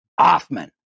Offman